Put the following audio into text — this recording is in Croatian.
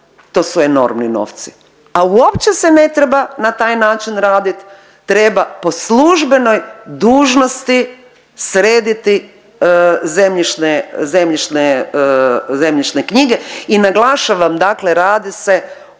to su enormni novci, a uopće se ne treba na taj način radit. Treba po službenoj dužnosti srediti zemljišne, zemljišne, zemljišne knjige. I naglašavam dakle radi se o